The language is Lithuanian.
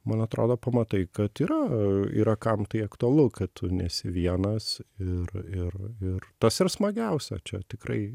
man atrodo pamatai kad yra yra kam tai aktualu kad tu nesi vienas ir ir ir tas ir smagiausia čia tikrai